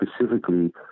specifically